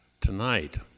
tonight